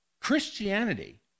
Christianity